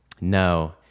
No